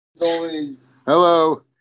Hello